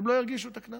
הם לא ירגישו את הקנס.